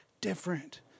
different